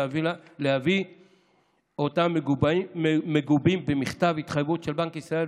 להביא אותם מגובים במכתב התחייבות של בנק ישראל,